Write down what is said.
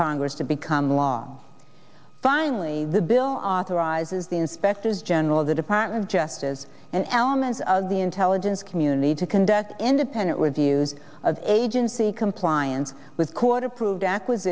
congress to become law finally the bill authorizes the inspectors general of the department of justice and elements of the intelligence community to conduct independent reviews of agency compliance with court approved